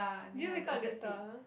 did you wake up later